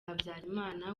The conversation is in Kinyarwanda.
habyarimana